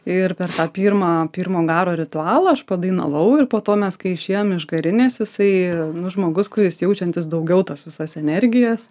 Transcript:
ir per tą pirmą pirmo garo ritualą aš padainavau ir po to mes kai išėjom iš garinės jisai nu žmogus kuris jaučiantis daugiau tas visas energijas